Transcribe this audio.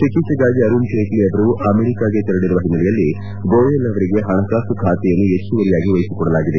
ಚಿಕಿತ್ತೆಗಾಗಿ ಅರುಣ್ ಜೇಟ್ಲ ಅವರು ಅಮೆರಿಕಾಕ್ಷೆ ತೆರಳರುವ ಹಿನ್ನೆಲೆಯಲ್ಲಿ ಗೋಯಲ್ ಅವರಿಗೆ ಹಣಕಾಸು ಖಾತೆಯನ್ನು ಹೆಚ್ಚುವರಿಯಾಗಿ ವಹಿಸಿಕೊಡಲಾಗಿದೆ